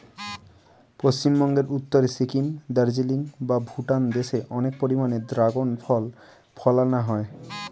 পশ্চিমবঙ্গের উত্তরে সিকিম, দার্জিলিং বা ভুটান দেশে অনেক পরিমাণে দ্রাগন ফল ফলানা হয়